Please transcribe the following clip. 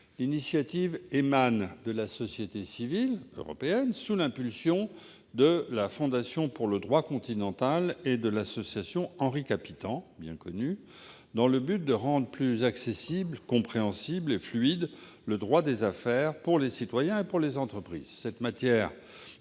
initiative émane de la société civile européenne, sous l'impulsion de la Fondation pour le droit continental et de l'Association Henri Capitant, bien connue, dans le but de rendre plus accessible, compréhensible et fluide le droit des affaires pour les citoyens et pour les entreprises.